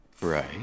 Right